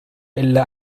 إلا